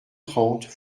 trente